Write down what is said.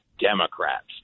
Democrats